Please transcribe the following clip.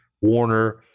Warner